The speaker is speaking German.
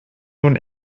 nun